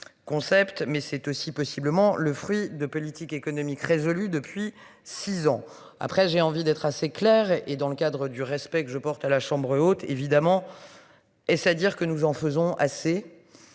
Concept mais c'est aussi possiblement le fruit de politiques économiques résolus depuis 6 ans après, j'ai envie d'être assez clair et dans le cadre du respect que je porte à la chambre haute évidemment. Est-ce à dire que nous en faisons assez.